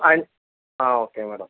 ആ okay madam